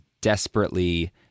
desperately